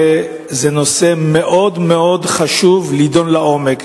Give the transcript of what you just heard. הוא נושא מאוד-מאוד חשוב להידון לעומק.